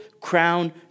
crown